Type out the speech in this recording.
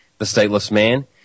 thestatelessman